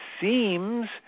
seems